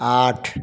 आठ